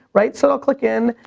right, so i'll click in,